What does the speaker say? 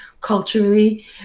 culturally